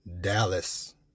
Dallas